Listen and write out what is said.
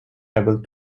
able